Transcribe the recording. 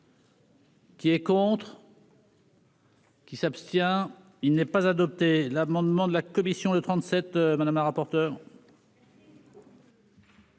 Qui est contre. Qui s'abstient, il n'est pas adopté l'amendement de la commission de 37 madame la rapporteure.